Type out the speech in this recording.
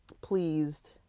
pleased